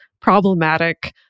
problematic